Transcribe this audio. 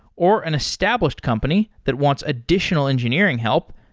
or an established company that wants additional engineering help,